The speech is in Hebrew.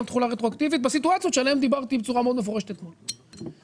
תחולה רטרואקטיבית בסיטואציות שעליהן דיברתי בצורה מאוד מפורשת אתמול.